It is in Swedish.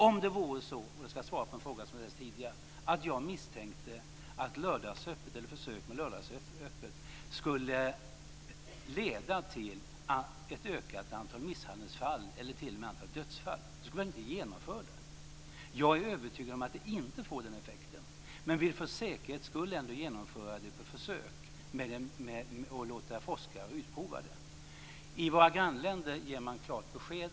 Om det vore så - jag besvarar därmed en fråga som har ställts tidigare - att jag misstänkte att försök med lördagsöppet skulle leda till ett ökat antal misshandelsfall eller t.o.m. ett ökat antal dödsfall skulle jag inte genomföra det. Jag är övertygad om att det inte får den effekten, men jag vill för säkerhets skull ändå genomföra detta på försök och låta forskare utprova det. I våra grannländer ger man klart besked.